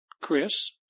Chris